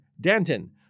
Danton